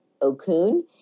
Okun